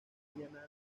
encuentran